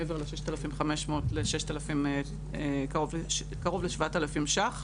מעבר ל-6,500 לקרוב ל-7,000 שקלים.